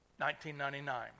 1999